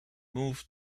moved